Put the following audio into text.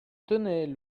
tenais